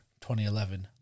2011